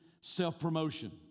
self-promotion